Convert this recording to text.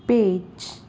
page